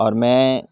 اور میں